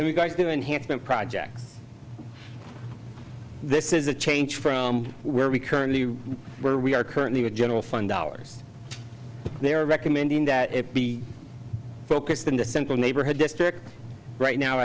and we've got to do enhancement projects this is a change from where we currently are where we are currently the general fund dollars they are recommending that it be focused in the central neighborhood district right now